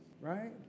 right